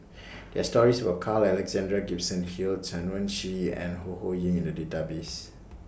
There Are stories about Carl Alexander Gibson Hill Chen Wen Hsi and Ho Ho Ying in The Database